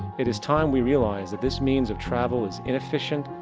it is time we realize that this means of travel is inefficient,